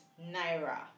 Naira